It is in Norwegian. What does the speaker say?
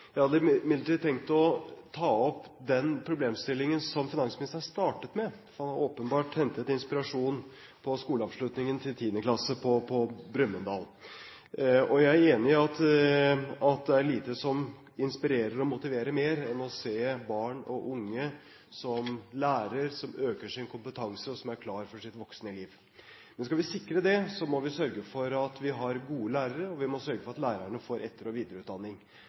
Jeg hadde imidlertid tenkt å ta opp den problemstillingen som finansministeren startet med. Han har åpenbart hentet inspirasjon på skoleavslutningen for 10. klasse i Brumunddal. Jeg er enig i at det er lite som inspirerer og motiverer mer enn å se barn og unge som lærer, som øker sin kompetanse, og som er klar for sitt voksne liv. Men skal vi sikre det, må vi sørge for at vi har gode lærere, og vi må sørge for at lærerne får etter- og videreutdanning.